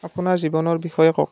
আপোনাৰ জীৱনৰ বিষয়ে কওক